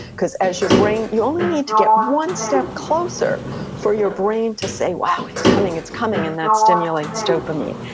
cause as your brain, you only need to get one step closer for your brain to say, wow, it's coming, it's coming, and that stimulates dopamine.